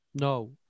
No